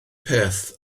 peth